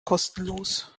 kostenlos